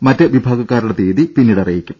മറ്റ് വിഭാഗക്കാരുടെ തീയതി പിന്നീട് അറിയിക്കും